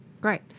Great